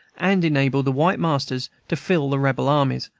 and enable the white masters to fill the rebel armies,